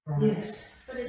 Yes